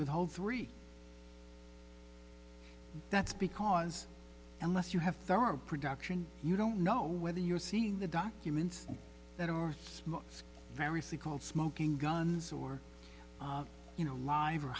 with all three that's because unless you have thorough production you don't know whether you're seeing the documents that are smuts variously called smoking guns or you know alive or